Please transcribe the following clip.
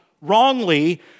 wrongly